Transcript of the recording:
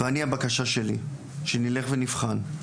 ואני הבקשה שלי שנלך ונבחן.